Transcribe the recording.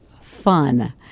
fun